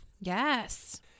Yes